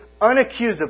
unaccusable